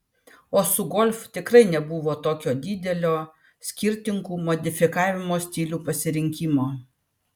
o su golf tikrai nebuvo tokio didelio skirtingų modifikavimo stilių pasirinkimo